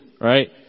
right